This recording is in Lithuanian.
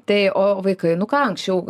tai o vaikai nu ką anksčiau